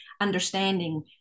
understanding